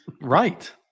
Right